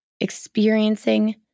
experiencing